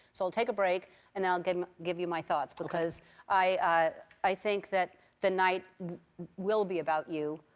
so i'll take a break and then i'll give give you my thoughts. ok. because i i think that the night will be about you,